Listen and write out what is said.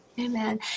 Amen